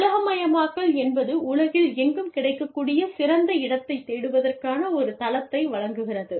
உலகமயமாக்கல் என்பது உலகில் எங்கும் கிடைக்கக்கூடிய சிறந்த இடத்தைத் தேடுவதற்கான ஒரு தளத்தை வழங்குகிறது